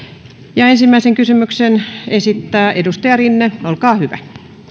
ensimmäisen kysymyksen esittää edustaja rinne olkaa hyvä